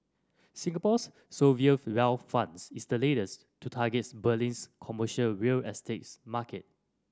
Singapore's wealth funds is the latest to targets Berlin's commercial real market